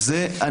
זה לא להקל.